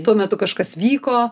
tuo metu kažkas vyko